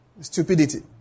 stupidity